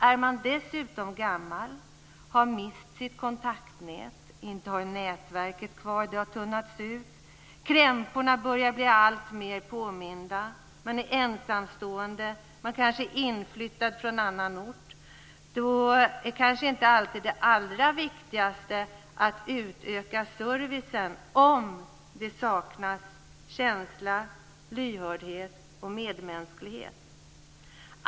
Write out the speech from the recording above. Är man dessutom gammal, har man mist sitt kontaktnät, har man inte nätverket kvar, har nätverket tunnats ut, börjar krämporna göra sig alltmer påminda, är man ensamstående, är man kanske inflyttad från annan ort - då är det kanske inte allra viktigast att utöka servicen om det saknas känsla, lyhördhet och medmänsklighet.